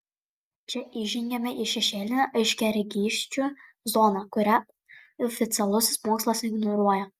čia įžengiame į šešėlinę aiškiaregysčių zoną kurią oficialusis mokslas ignoruoja